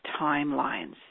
timelines